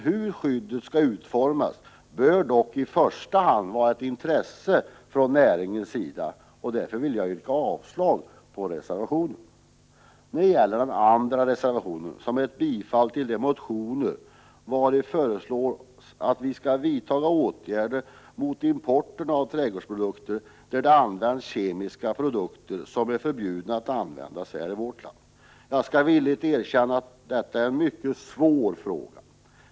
Hur skyddet skall utformas bör dock i första hand vara ett intresse för näringen. Därför vill jag yrka avslag på reservation 1. I reservation 2 yrkas bifall till de motioner där det föreslås att vi bör vidta åtgärder mot sådan import av trädgårdsprodukter där kemiska produkter som är förbjudna i vårt land har använts. Jag skall villigt erkänna att detta är en mycket svår fråga.